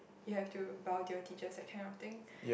you have to bow to your teachers that kind of thing